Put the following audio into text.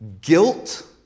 guilt